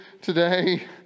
today